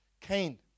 Cain